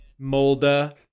Molda